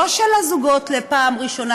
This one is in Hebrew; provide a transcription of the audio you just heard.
לא של הזוגות לפעם ראשונה,